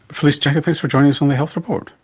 felice jacka, thanks for joining us on the health report.